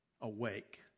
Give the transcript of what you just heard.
Awake